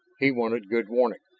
he wanted good warning.